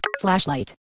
flashlight